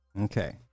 Okay